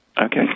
okay